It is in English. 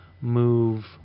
move